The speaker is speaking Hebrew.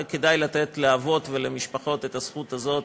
וכדאי לתת לאבות ולמשפחות את הזכות הזאת